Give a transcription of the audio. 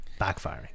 backfiring